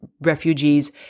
refugees